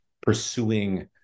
pursuing